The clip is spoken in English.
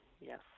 yes